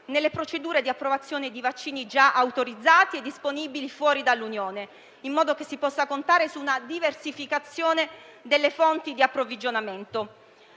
nelle procedure di approvazione dei vaccini già autorizzati e disponibili fuori dall'Unione europea, in modo che si possa contare su una diversificazione delle fonti di approvvigionamento.